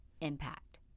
impact